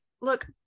look